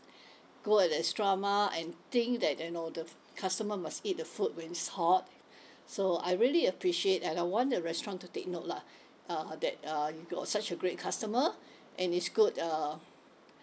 go at the extra mile and think that you know the customer must eat the food when it's hot so I really appreciate and I want the restaurant to take note lah uh that uh you got such a great customer and it's good uh